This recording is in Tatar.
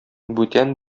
бүтән